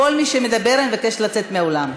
כל מי שמדבר, אני מבקשת לצאת מהאולם.